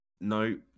No